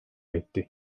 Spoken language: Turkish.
etti